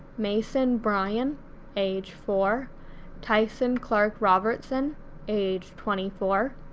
mason bryan age four tyson clark-robertson age twenty four,